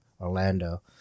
Orlando